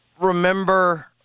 remember